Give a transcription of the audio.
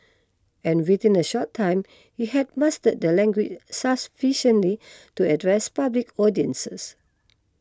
and within a short time he had mastered the language sufficiently to address public audiences